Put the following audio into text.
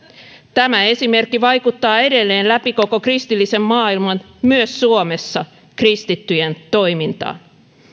tämä esimerkki vaikuttaa edelleen läpi koko kristillisen maailman myös suomessa kristittyjen toimintaan